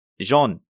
Jean